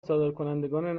صادرکنندگان